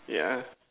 yeah